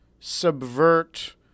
subvert